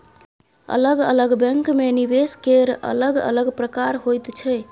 अलग अलग बैंकमे निवेश केर अलग अलग प्रकार होइत छै